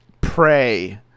pray